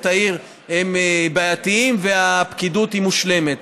העיר הם בעייתיים והפקידות היא מושלמת.